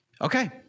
okay